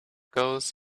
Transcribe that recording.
goes